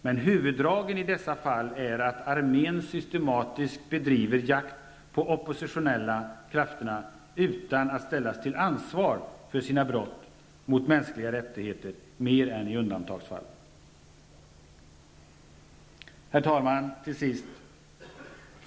Men huvuddraget i dessa fall är att armén systematiskt bedriver jakt på de oppositionella krafterna utan att ställas till ansvar för sina brott mot mänskliga rättigheter mer än i undantagsfall. Herr talman!